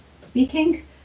speaking